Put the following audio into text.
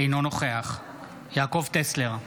אינו נוכח יעקב טסלר,